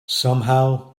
somehow